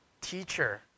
Teacher